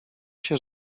się